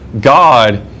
God